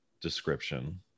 description